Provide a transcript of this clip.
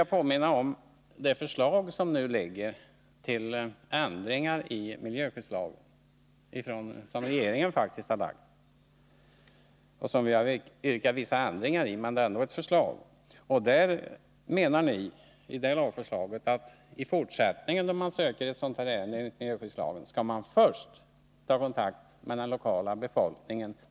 Jag vill påminna om det förslag som föreligger om ändringar i miljöskyddslagen, ett förslag som regeringen faktiskt har lagt fram. Vi har yrkat på vissa ändringar i det, men det är ändå ett förslag. Regeringen menar i förslaget att när man i fortsättningen söker koncession enligt miljöskyddslagen skall man först ta kontakt med den lokala befolkningen.